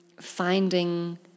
finding